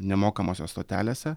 ne mokamose stotelėse